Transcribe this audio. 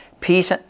peace